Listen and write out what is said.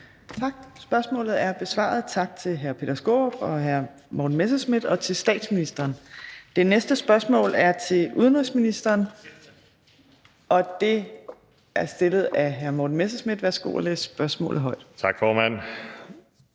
Tak. Spørgsmålet er besvaret. Tak til hr. Peter Skaarup og hr. Morten Messerschmidt og til statsministeren. Det næste spørgsmål er til udenrigsministeren, og det er stillet af hr. Morten Messerschmidt. Kl. 15:09 Spm. nr.